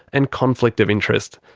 and conflict of interest.